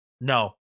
no